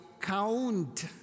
count